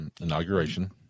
inauguration